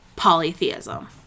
polytheism